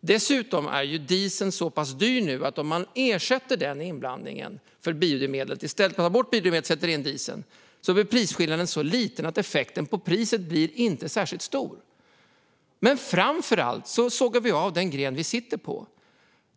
Dessutom är dieseln så pass dyr nu att om man ersätter inblandningen av biodrivmedel och i stället sätter till diesel där prisskillnaden är så liten blir effekten på priset inte blir särskilt stor. Framför allt sågar vi av den gren som vi sitter på.